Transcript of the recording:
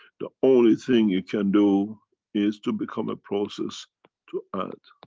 the only thing you can do is to become a process to add.